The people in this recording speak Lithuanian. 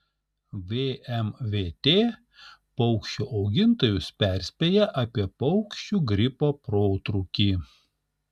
vmvt paukščių augintojus perspėja apie paukščių gripo protrūkį